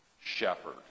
shepherd